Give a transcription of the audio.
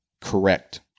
correct